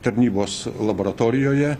tarnybos laboratorijoje